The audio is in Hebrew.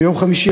ביום חמישי,